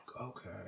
okay